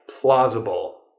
plausible